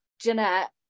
Jeanette